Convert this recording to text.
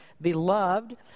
beloved